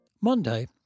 Monday